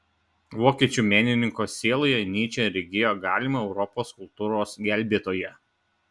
vokiečių menininko sieloje nyčė regėjo galimą europos kultūros gelbėtoją